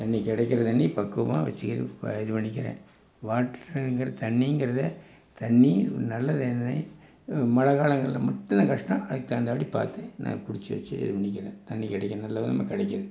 தண்ணி கிடைக்கிற தண்ணி பக்குவமாக வச்சு ப இது பண்ணிக்கிறேன் வாட்டருங்கிறது தண்ணிங்கிறதை தண்ணி நல்ல தண்ணி மல காலங்களில் மட்டும்தான் கஷ்டம் அதுக்கு தகுந்தாப்படி பார்த்து நான் பிடிச்சு வச்சு இது பண்ணிக்கிறேன் தண்ணி கிடைக்கும் நல்லவிதமாக கிடைக்குது